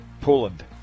Poland